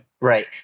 Right